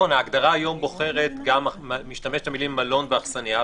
ההגדרה היום משתמשת במילים מלון ואכסניה,